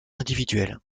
individuelles